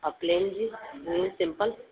औरि प्लेन जी plain simple